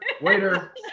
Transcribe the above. Waiter